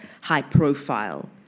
high-profile